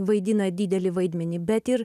vaidina didelį vaidmenį bet ir